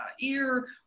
ear